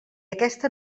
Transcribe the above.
aquesta